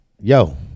yo